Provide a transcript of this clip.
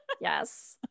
Yes